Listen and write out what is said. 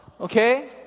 Okay